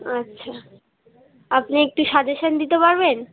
আচ্ছা আপনি একটু সাজেশন দিতে পারবেন